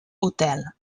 hotel